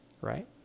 right